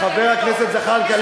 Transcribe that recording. חבר הכנסת זחאלקה.